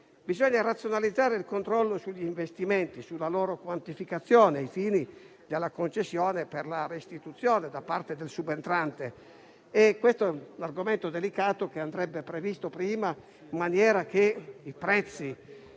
Bisogna razionalizzare il controllo sugli investimenti e sulla loro quantificazione, ai fini della concessione per la restituzione da parte del subentrante e questo è un argomento delicato che andrebbe previsto prima in maniera che il